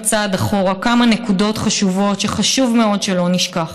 צעד אחורה כמה נקודות שחשוב מאוד שלא נשכח.